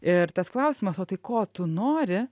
ir tas klausimas o tai ko tu nori